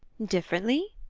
differently?